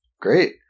Great